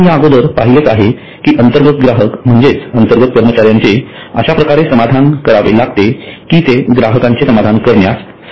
आपण या अगोदर पाहिलेच आहे कि अंतर्गत ग्राहक म्हणजेच अंतर्गत कर्मचाऱ्यांचे अश्याप्रकारे समाधान करावे लागते कि ते ग्राहकांचे समाधान करण्यास सक्षम होतील